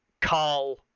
Carl